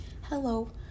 Hello